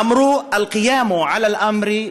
אמרו: (אומר בערבית